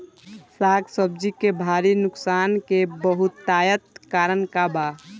साग सब्जी के भारी नुकसान के बहुतायत कारण का बा?